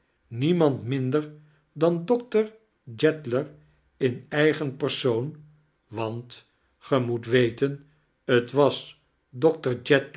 niemand minder dan doctor jedler in eigen persoon want ge moet weten t was